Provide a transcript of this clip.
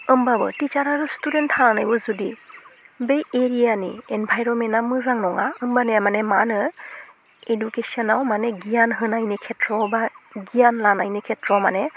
होमबाबो टिसार आरो स्टुदेन्थ थानानैबो जुदि बे एरियानि एनभाइरमेन्टआ मोजां नङा होमबानिया माने मा होनो इदुकेसनाव माने गियान होनायनि खेथ्रआव बा गियान लानायनि खेथ्रआव माने